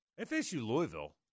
FSU-Louisville